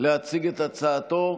להציג את הצעתו.